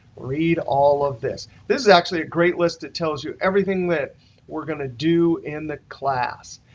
read all of this. this is actually a great list it tells you everything that we're going to do in the class.